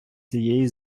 цієї